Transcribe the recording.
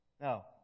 Now